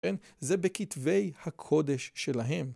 כן, זה בכתבי הקודש שלהם.